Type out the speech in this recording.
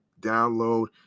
download